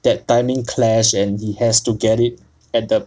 that timing clash and he has to get it at the